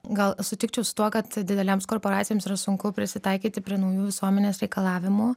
gal sutikčiau su tuo kad didelėms korporacijoms yra sunku prisitaikyti prie naujų visuomenės reikalavimų